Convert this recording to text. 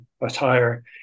attire